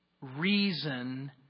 reason